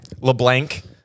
Leblanc